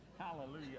Hallelujah